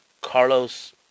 Carlos